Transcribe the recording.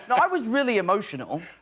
and i was really emotional,